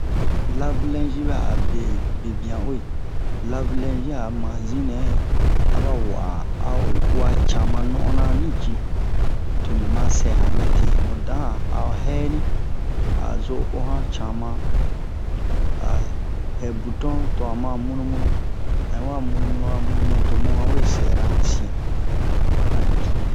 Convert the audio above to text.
lave-lingi bɛ'a be bebian uwe lave-lingi a manzi nɛ a ba wa'a a oyi uwa cama non'ona ni ji toni ma sɛ han mite mu dan a a'o hɛni a zo o han cama a hɛ buton to han ma munu munu han yi wa munu a munu munu to mu han we sɛra han sian fa han yi cu